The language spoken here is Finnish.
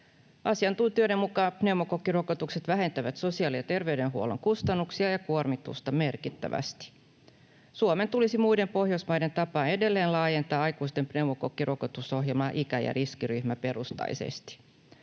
Asiantuntijoiden mukaan pneumokokkirokotukset vähentävät sosiaali- ja terveydenhuollon kustannuksia ja kuormitusta merkittävästi. Suomen tulisi muiden Pohjoismaiden tapaan edelleen laajentaa aikuisten pneumokokkirokotusohjelmaa ikä- ja riskiryhmäperustaisesti.